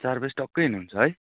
चार बजी टक्कै हिँड्नु हुन्छ है